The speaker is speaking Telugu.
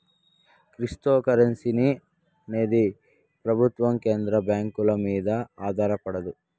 క్రిప్తోకరెన్సీ అనేది ప్రభుత్వం కేంద్ర బ్యాంకుల మీద ఆధారపడదు